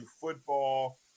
football